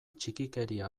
txikikeria